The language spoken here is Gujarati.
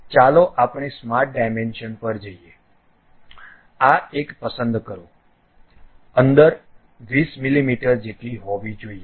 તેથી ચાલો આપણે સ્માર્ટ ડાયમેન્શન પર જઈએ આ એક પસંદ કરો અંદર 20 મીમી જેટલી હોવી જોઈએ